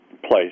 place